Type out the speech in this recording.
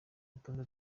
rutonde